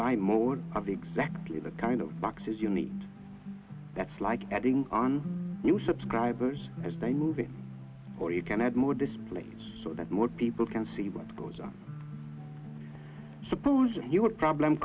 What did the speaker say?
by mode of exactly the kind of boxes you need that's like adding on new subscribers as they move it or you can add more displays so that more people can see what goes on suppose your problem